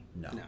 no